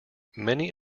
many